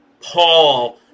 Paul